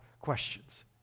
questions